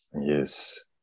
Yes